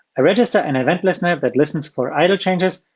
i register an event listener that listens for idle changes,